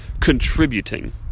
contributing